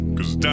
Cause